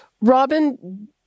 Robin